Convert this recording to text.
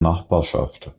nachbarschaft